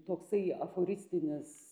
toksai aforistinis